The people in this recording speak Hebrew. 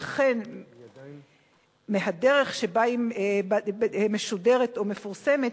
וכן מהדרך שבה היא משודרת או מפורסמת,